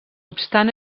obstant